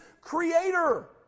Creator